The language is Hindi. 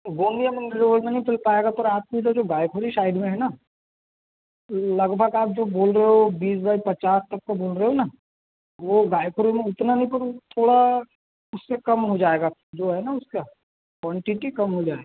गोंदिया रोड़ में तो नहीं चल पाएगा पर आपके जो गाएपुरी साइड में है ना लगभग आप जो बोल रहे हो बीस बाय तक का बोल रहे हो ना वो गाएपुरी में उतना नहीं पर थोड़ा उससे कम हो जाएगा जो है ना उसका क्वॉन्टिटी कम हो जाएगा